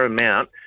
amount